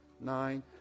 nine